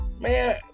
Man